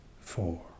four